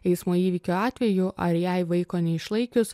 eismo įvykio atveju ar jai vaiko neišlaikius